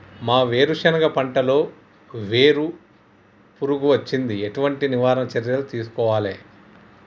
మా వేరుశెనగ పంటలలో వేరు పురుగు వచ్చింది? ఎటువంటి నివారణ చర్యలు తీసుకోవాలే?